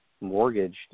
mortgaged